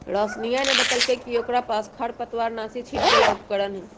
रोशिनीया ने बतल कई कि ओकरा पास खरपतवारनाशी छिड़के ला उपकरण हई